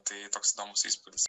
tai toks įdomus įspūdis